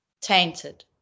tainted